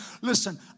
Listen